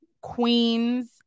queens